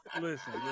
listen